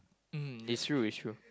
mm is true is true